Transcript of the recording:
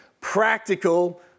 practical